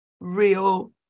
real